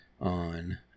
on